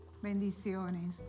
Bendiciones